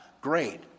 Great